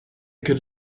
could